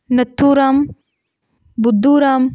Nathu Ram Buddhu Ram